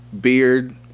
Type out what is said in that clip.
beard